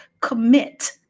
commit